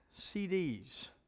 CDs